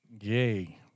yay